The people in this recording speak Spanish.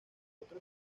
otro